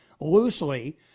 loosely